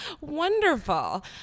Wonderful